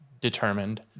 determined